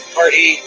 party